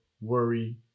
worry